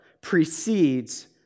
precedes